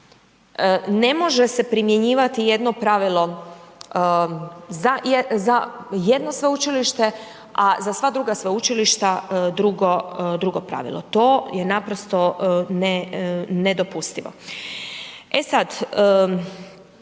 Ne može se primjenjivati jedno pravilo za, za jedno sveučilište, a za sva druga sveučilišta drugo, drugo pravilo. To je naprosto ne, nedopustivo. E sad,